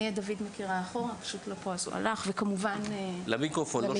יש